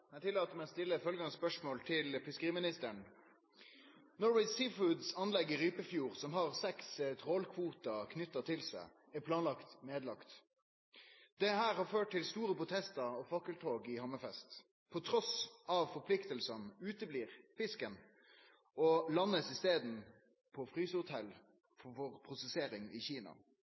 anlegg i Rypefjord, som har 6 trålkvoter knyttet til seg, er planlagt nedlagt. Dette har ført til store protester og fakkeltog i Hammerfest. På tross av forpliktelsene uteblir fisken og landes i stedet på frysehotell for prosessering i Kina.